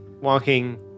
walking